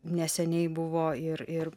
neseniai buvo ir ir